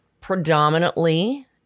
predominantly